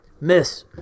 Miss